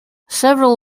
several